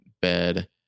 bed